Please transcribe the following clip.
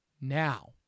Now